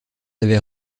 avait